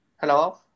Hello